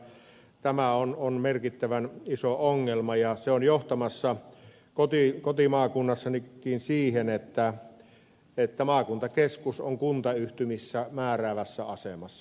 tämä on merkittävän iso ongelma ja se on johtamassa kotimaakunnassanikin siihen että maakuntakeskus on kuntayhtymissä määräävässä asemassa